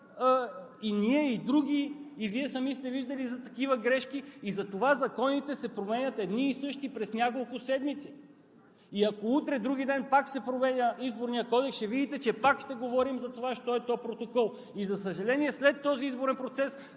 и ние, и други, и Вие сами сте виждали такива грешки, затова едни и същи закони се променят през няколко седмици. Ако утре, вдругиден пак се променя Изборният кодекс, ще видите, че пак ще говорим за това що е то протокол? За съжаление, след този изборен процес